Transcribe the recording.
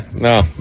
no